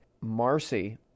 Marcy